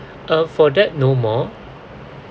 uh for that no more